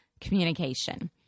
communication